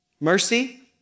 Mercy